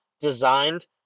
designed